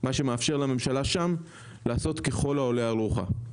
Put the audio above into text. מה שמאפשר לממשלה שם לעשות ככל העולה על רוחה.